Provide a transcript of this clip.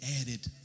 added